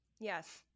Yes